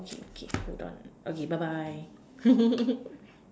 okay okay hold on okay bye bye